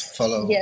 follow